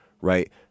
right